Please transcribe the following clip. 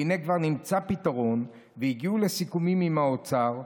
והינה כבר נמצא פתרון והגיעו לסיכומים עם האוצר,